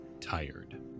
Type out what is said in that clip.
tired